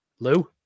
Lou